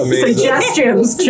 suggestions